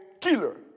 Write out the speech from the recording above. killer